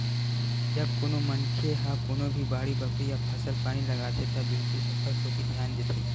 जब कोनो मनखे ह कोनो भी बाड़ी बखरी या फसल पानी लगाथे त बिल्कुल ओखर कोती धियान देथे